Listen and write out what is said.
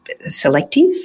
selective